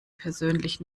persönlich